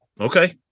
Okay